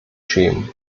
schämen